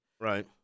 Right